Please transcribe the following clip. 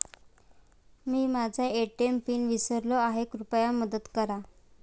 मी माझा ATM PIN विसरलो आहे, कृपया मदत करा